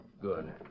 Good